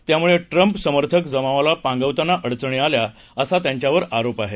त्यामुळे ट्रम्प समर्थक जमावाला पांगवताना अडचणी आल्या असा त्यांच्यावर आरोप आहे